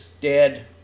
dead